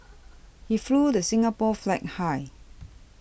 he flew the Singapore flag high